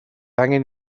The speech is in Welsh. angen